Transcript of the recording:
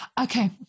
Okay